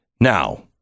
Now